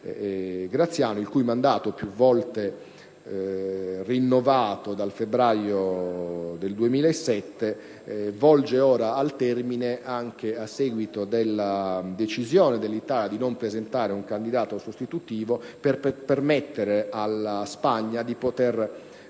Graziano, il cui mandato, più volte rinnovato dal febbraio del 2007, volge ora al termine, anche a seguito della decisione dell'Italia di non presentare un candidato sostitutivo per permettere alla Spagna di poter